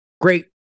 Great